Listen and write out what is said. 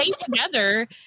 together